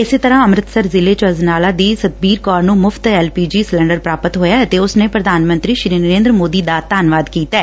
ਇਸੇ ਤਰ੍ਰਾ ਅੰਮ੍ਰਿਤਸਰ ਜ਼ਿਲ੍ਹੇ ਚ ਅਜਨਾਲਾ ਦੀ ਸਤਿਬੀਰ ਕੌਰ ਨੂੰ ਮੁਫ਼ਤ ਵਿਚ ਐਲ ਪੀ ਜੀ ਸਿਲੰਡਰ ਪ੍ਰਾਪਤ ਹੋਇਐ ਅਤੇ ਉਸ ਨੇ ਪੁਧਾਨ ਮੰਤਰੀ ਨਰੇ'ਦਰ ਮੋਦੀ ਦਾ ਧੰਨਵਾਦ ਕੀਤੈ